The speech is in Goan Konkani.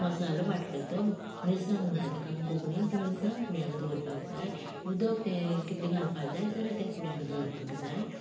मसालो वाटलो तो मिरसांग म्हण्टा तेका आमी कोंकणींत ती मिरसांग फुड्यांत दवोरपा जाय उदक तें कितलें घालपाक जाय जाल्यार तें फुड्यांत दवोरपाक जाय